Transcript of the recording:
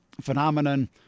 phenomenon